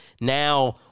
now